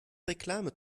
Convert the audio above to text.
reklame